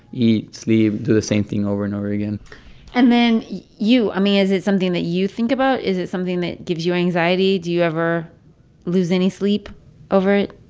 eat, sleep, do the same thing over and over again and then you i mean, is it something that you think about? is it something that gives you anxiety? do you ever lose any sleep over it?